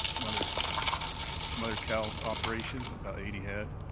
mother mother cow operation, about eighty head,